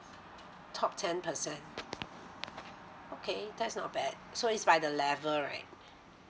top ten percent okay that is not bad so is by the level right